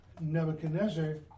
Nebuchadnezzar